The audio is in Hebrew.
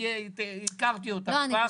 אני הכרתי אותך כבר,